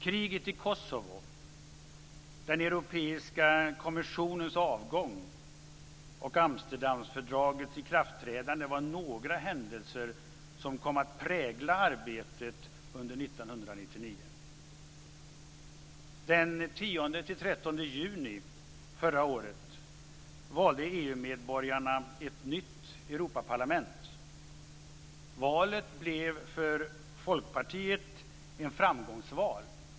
Kriget i Kosovo, den europeiska kommissionens avgång och Amsterdamfördragets ikraftträdande var några händelser som kom att prägla arbetet under Den 10-13 juni förra året valde EU-medborgarna ett nytt Europaparlament. Valet blev för Folkpartiet ett framgångsval.